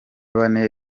bane